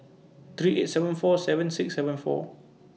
three eight seven four seven six seven four